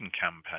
campaign